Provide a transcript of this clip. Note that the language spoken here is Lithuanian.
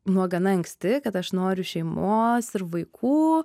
nuo gana anksti kad aš noriu šeimos ir vaikų